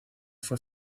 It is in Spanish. fue